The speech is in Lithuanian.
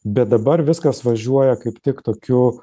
bet dabar viskas važiuoja kaip tik tokiu